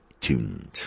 tuned